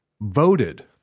voted